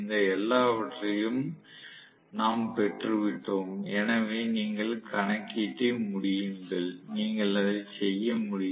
இந்த எல்லாவற்றையும் நாம் பெற்று விட்டோம் எனவே நீங்கள் கணக்கீட்டை முடியுங்கள் நீங்கள் அதை செய்ய முடியும்